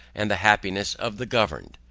and the happiness of the governed.